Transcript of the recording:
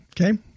Okay